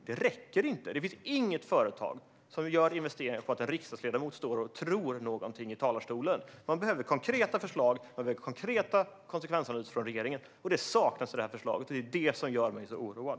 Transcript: Det finns inget företag som vill göra investeringar för att en riksdagsledamot står i talarstolen och tror någonting. De behöver konkreta förslag och konkreta konsekvensanalyser från regeringen. Det saknas i förslaget. Det är det som gör mig så oroad.